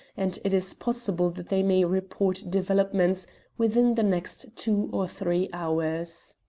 and it is possible that they may report developments within the next two or three hours.